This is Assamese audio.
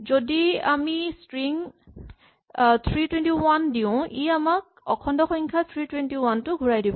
আমি যদি ষ্ট্ৰিং ৩২১ দিওঁ ই আমাক অখণ্ড সংখ্যা ৩২১ ঘূৰাই দিব